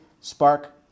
Spark